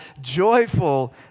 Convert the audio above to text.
joyful